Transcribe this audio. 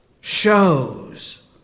shows